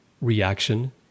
reaction